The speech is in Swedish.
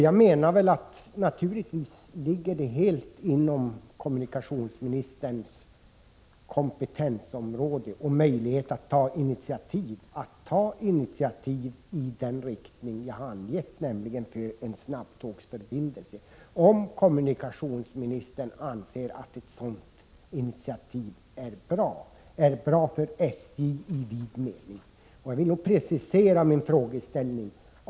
Jag menar att det måste vara möjligt för kommunikationsministern att ta initiativ i den riktning som jag har föreslagit, nämligen en snabbtågsförbindelse. Jag undrar om kommunikationsministern anser att ett sådant initiativ vore bra för SJ i vid mening. Jag vill precisera min frågeställning.